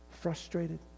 frustrated